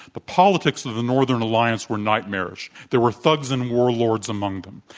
the politics of the northern alliance were nightmarish. there were thugs and warlords among them.